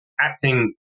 acting